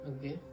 Okay